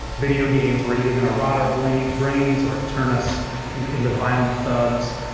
videogames were either gonna rot our bleep brains or turn us into violent thugs.